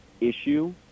issue